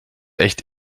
echt